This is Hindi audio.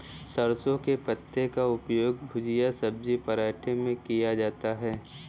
सरसों के पत्ते का उपयोग भुजिया सब्जी पराठे में किया जाता है